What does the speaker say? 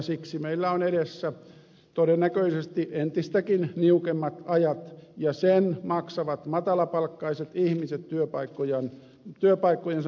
siksi meillä on todennäköisesti edessä entistäkin niukemmat ajat ja sen maksavat matalapalkkaiset ihmiset työpaikkojensa menettämisellä